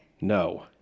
No